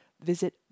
Visit